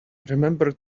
remember